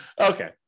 Okay